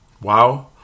Wow